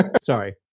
Sorry